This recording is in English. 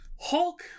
Hulk